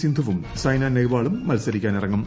സിന്ധുവും സൈന നെഹ്വാളും മത്സരിക്കാനിറങ്ങും